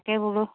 তাকে বোলো